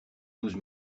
douze